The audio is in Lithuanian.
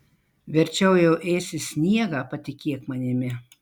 verčiau jau ėsi sniegą patikėk manimi